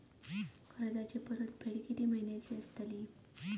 कर्जाची परतफेड कीती महिन्याची असतली?